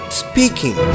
speaking